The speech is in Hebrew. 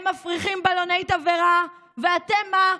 הם מפריחים בלוני תבערה, ואתם מה?